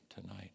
tonight